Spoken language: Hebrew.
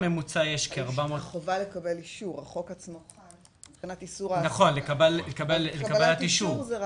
החובה לקבל אישור --- נכון, לקבלת אישור.